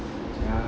ya